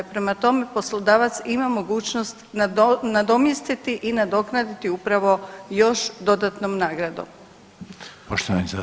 Prema tome, poslodavac ima mogućnost nadomjestiti i nadoknaditi upravo još dodatnom nagradom.